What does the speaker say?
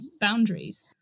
boundaries